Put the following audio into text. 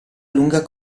lunga